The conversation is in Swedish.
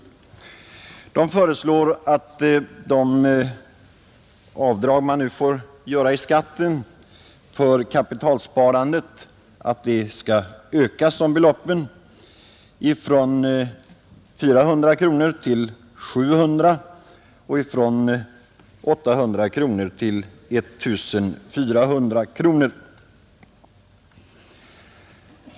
Motionärerna föreslår att det extra avdraget för inkomst av kapital skall ökas från 400 kronor till 700 kronor respektive från 800 kronor till 1 400 kronor.